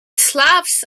slavs